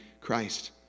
Christ